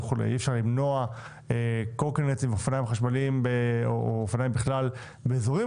אי אפשר למנוע קורקינטים ואופניים חשמליים או אופניים בכלל באזורים